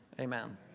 Amen